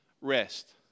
rest